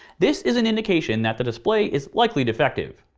this is an indication that the display is likely defective.